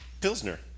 Pilsner